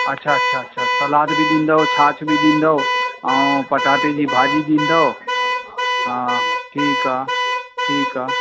अच्छा अच्छा अच्छा सलाद बि ॾींदव छाछ बि ॾींदव ऐं पटाटे जी भाॼी ॾींदव हा ठीकु आहे ठीकु आहे